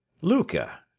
Luca